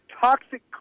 toxic